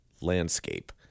landscape